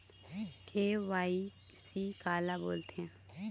KYC काला बोलथें?